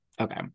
Okay